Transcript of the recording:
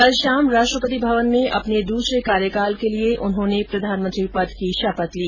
कल शाम राष्ट्रपति भवन में अपने दूसरे कार्यकाल के लिए उन्होंने प्रधानमंत्री पद की शपथ ली